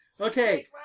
Okay